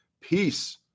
peace